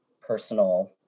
personal